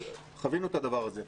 חווינו את הדבר הזה,